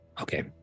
okay